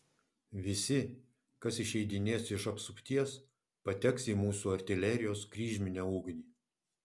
visi kas išeidinės iš apsupties pateks į mūsų artilerijos kryžminę ugnį